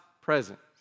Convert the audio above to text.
presence